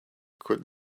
could